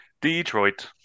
Detroit